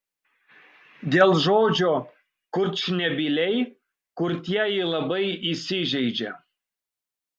dėl žodžio kurčnebyliai kurtieji labai įsižeidžia